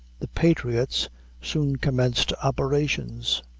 the patriots soon commenced operations.